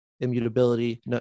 immutability